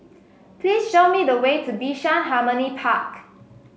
please show me the way to Bishan Harmony Park